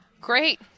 Great